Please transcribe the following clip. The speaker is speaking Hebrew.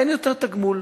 אין יותר תגמול.